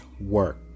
work